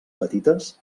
petites